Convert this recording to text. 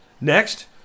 Next